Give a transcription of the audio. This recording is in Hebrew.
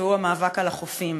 המאבק על החופים.